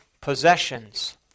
possessions